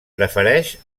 prefereix